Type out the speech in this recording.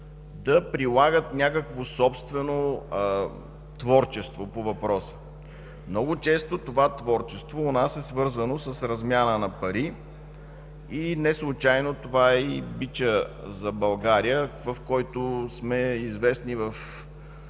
да прилагат собствено творчество по въпроса. Много често това творчество у нас е свързано с размяна на пари. Неслучайно това е бичът за България, с който сме известни във